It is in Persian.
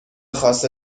خاص